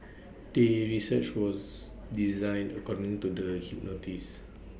the research was designed according to the hypothesis